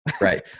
Right